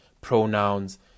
pronouns